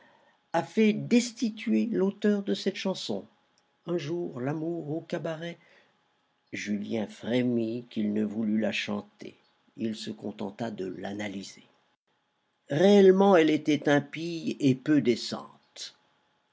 a fait destituer l'auteur de cette chanson un jour l'amour au cabaret julien frémit qu'il ne voulût la chanter il se contenta de l'analyser réellement elle était impie et peu décente